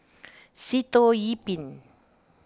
Sitoh Yih Pin